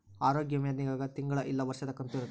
ಆರೋಗ್ಯ ವಿಮೆ ದಾಗ ತಿಂಗಳ ಇಲ್ಲ ವರ್ಷದ ಕಂತು ಇರುತ್ತ